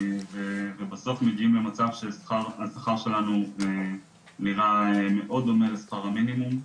ובסוף מגיעים למצב שהשכר שלנו נראה מאוד דומה לשכר המינימום.